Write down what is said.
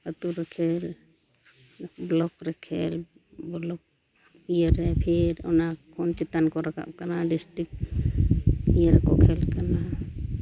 ᱟᱹᱛᱩᱨᱮ ᱠᱷᱮᱞ ᱵᱞᱚᱠ ᱨᱮ ᱠᱷᱮᱞ ᱵᱞᱚᱠ ᱤᱭᱟᱹᱨᱮ ᱯᱷᱤᱨ ᱚᱱᱟ ᱠᱷᱚᱱ ᱪᱮᱛᱟᱱ ᱠᱚ ᱨᱟᱠᱟᱵ ᱠᱟᱱᱟ ᱰᱤᱥᱴᱤᱠ ᱤᱭᱟᱹ ᱨᱮᱠᱚ ᱠᱷᱮᱞ ᱠᱟᱱᱟ